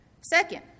second